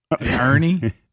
Ernie